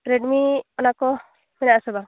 Redmi ᱚᱱᱟ ᱠᱚ ᱢᱮᱱᱟᱜᱼᱟ ᱥᱮ ᱵᱟᱝ